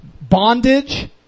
bondage